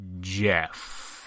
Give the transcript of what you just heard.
Jeff